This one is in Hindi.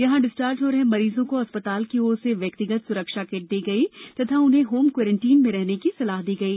यहां डिस्चार्ज हो रहे मरीजों को अस्पताल की ओर से व्यक्तिगत सुरक्षा किट दी गई तथा उन्हें होम कोरेनटाइन में रहने की सलाह दी गई